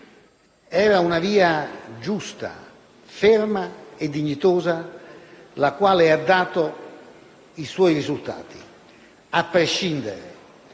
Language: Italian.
era una via giusta, ferma e dignitosa, la quale ha dato i suoi risultati, a prescindere